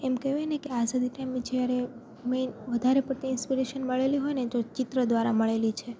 એમ કહેવાયને કે આઝાદી ટાઈમે જ્યારે મેન વધારે પડતી ઇનસપીરેશન મળેલી હોયને તો ચિત્ર દ્વારા મળેલી છે